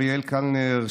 אריאל קלנר,